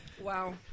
Wow